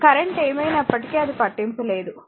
current ఏమైనప్పటికీ అది పట్టింపు లేదు సరే